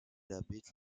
habite